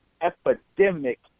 epidemic